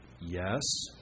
Yes